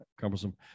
cumbersome